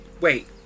Wait